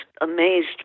amazed